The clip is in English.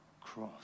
cross